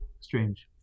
strange